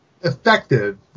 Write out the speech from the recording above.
effective